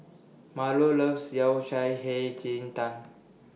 Marlo loves Yao Cai Hei Ji Tang